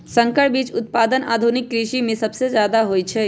संकर बीज उत्पादन आधुनिक कृषि में सबसे जादे होई छई